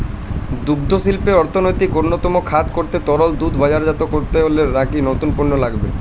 দুগ্ধশিল্পকে অর্থনীতির অন্যতম খাত করতে তরল দুধ বাজারজাত করলেই হবে নাকি নতুন পণ্য লাগবে?